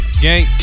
gang